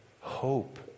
hope